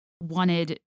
wanted